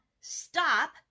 stop